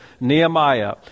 Nehemiah